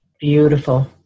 Beautiful